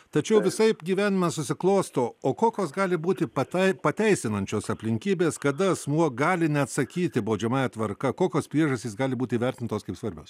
tačiau visaip gyvenime susiklosto o kokios gali būti tai pateisinančios aplinkybės kada asmuo gali neatsakyti baudžiamąja tvarka kokios priežastys gali būti įvertintos kaip svarbios